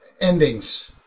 endings